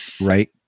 Right